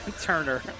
Turner